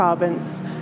province